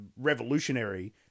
revolutionary